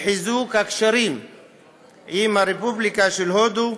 לחיזוק הקשרים עם הרפובליקה של הודו,